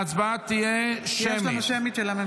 ההצבעה תהיה שמית.